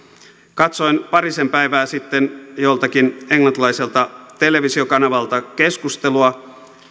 katsoin parisen päivää sitten joltakin englantilaiselta televisiokanavalta keskustelua